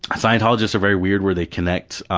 scientologists are very weird where they connect.